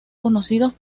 conocidos